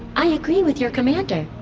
i agree with your commander.